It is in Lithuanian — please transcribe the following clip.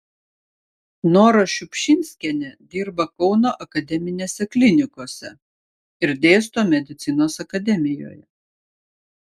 nora šiupšinskienė dirba kauno akademinėse klinikose ir dėsto medicinos akademijoje